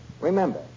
remember